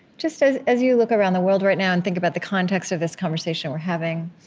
just, as as you look around the world right now and think about the context of this conversation we're having